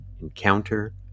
encounter